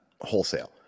wholesale